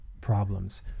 problems